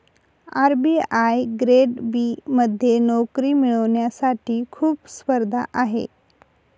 RBI grade B मध्ये नोकरी मिळवण्यासाठी खूप स्पर्धा आहे